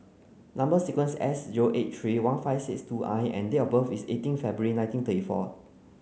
number sequence S zero eight three one five six two I and date of birth is eighteen February nineteen thirty four